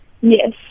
Yes